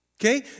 Okay